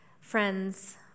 friends